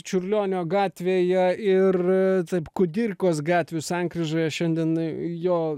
čiurlionio gatvėje ir taip kudirkos gatvių sankryžoje šiandien jo